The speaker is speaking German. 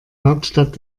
hauptstadt